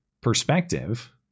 perspective